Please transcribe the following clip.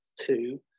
two